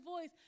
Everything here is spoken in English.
voice